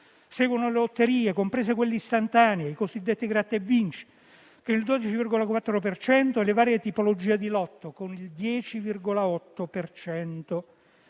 Seguono le lotterie, comprese quelle istantanee, i cosiddetti «gratta e vinci», con il 12,4 per cento, e le varie tipologie di Lotto, con il 10,8